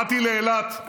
באתי לאילת,